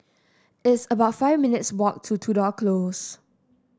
it's about five minutes' walk to Tudor Close